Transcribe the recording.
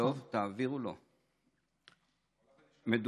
תעבירו לו, בבקשה.